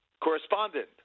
correspondent